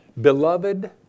Beloved